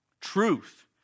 truth